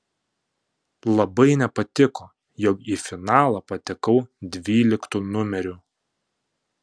labai nepatiko jog į finalą patekau dvyliktu numeriu